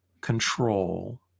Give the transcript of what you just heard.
control